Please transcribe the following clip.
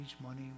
money